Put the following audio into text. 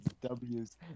W's